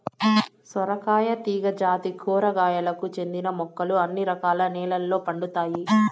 సొరకాయ తీగ జాతి కూరగాయలకు చెందిన మొక్కలు అన్ని రకాల నెలల్లో పండుతాయి